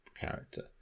character